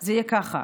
זה יהיה ככה: